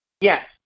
Yes